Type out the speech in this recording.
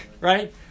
right